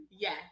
yes